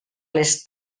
les